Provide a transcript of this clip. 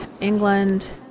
England